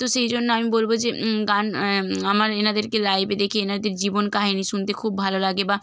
তো সেই জন্য আমি বলব যে গান আমার এনাদেরকে লাইভে দেখে এনাদের জীবন কাহিনি শুনতে খুব ভালো লাগে বা